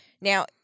Now